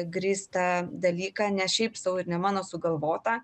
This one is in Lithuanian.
grįstą dalyką ne šiaip sau ir ne mano sugalvotą